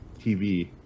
TV